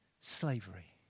slavery